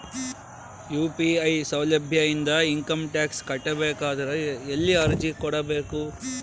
UPI ಸೌಲಭ್ಯ ಇಂದ income tax ಕಟ್ಟಬೇಕಾದರ ಎಲ್ಲಿ ಅರ್ಜಿ ಕೊಡಬೇಕು?